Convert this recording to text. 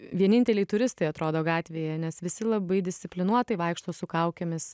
vieninteliai turistai atrodo gatvėje nes visi labai disciplinuotai vaikšto su kaukėmis